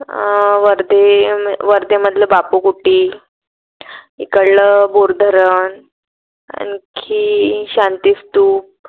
वर्धे वर्धेमधलं बापूकुटी इकडलं बोर धरण आणखी शांतीस्तूप